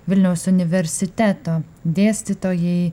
vilniaus universiteto dėstytojai